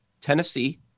Tennessee